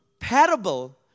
parable